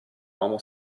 uomo